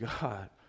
God